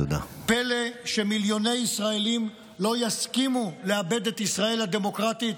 פלא שמיליוני ישראלים לא יסכימו לאבד את ישראל הדמוקרטית?